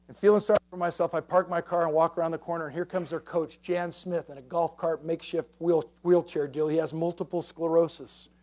feeling sorry for myself, i parked my car and walk around the corner here comes their coach john smith and a golf cart makes shift wheelchair deal. he has multiple sclerosis,